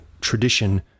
tradition